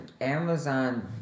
Amazon